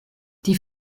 die